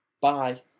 bye